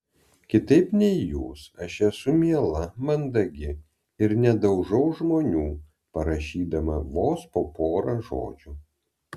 kitaip nei jūs aš esu miela mandagi ir nedaužau žmonių parašydama vos po porą žodžių